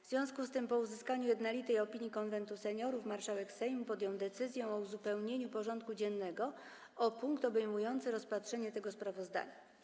W związku z tym, po uzyskaniu jednolitej opinii Konwentu Seniorów, marszałek Sejmu podjął decyzję o uzupełnieniu porządku dziennego o punkt obejmujący rozpatrzenie tego sprawozdania.